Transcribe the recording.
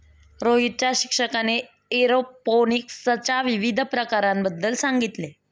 रोहितच्या शिक्षकाने एरोपोनिक्सच्या विविध प्रकारांबद्दल सांगितले